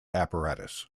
apparatus